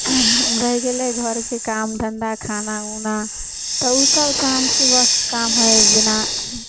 भै गेलै घरके काम धन्धा खाना उना तऽ ओसब शाम सुबहके काम हइ जेना